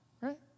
Right